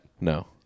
No